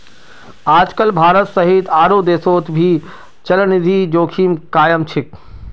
आजकल भारत सहित आरो देशोंत भी चलनिधि जोखिम कायम छे